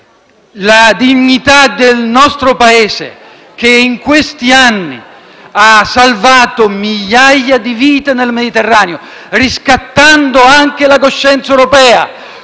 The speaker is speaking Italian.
la dignità del nostro Paese che in questi anni ha salvato migliaia di vite nel Mediterraneo, riscattando anche la coscienza europea